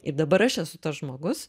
ir dabar aš esu tas žmogus